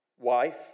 wife